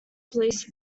police